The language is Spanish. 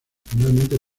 finalmente